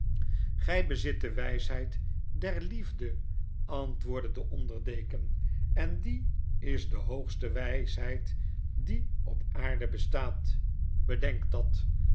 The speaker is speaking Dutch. gij bezit de wijsheid der liefde antwoordde de onder deken en die is dehoogste wijsheid die op aarde bestaat bedenk dat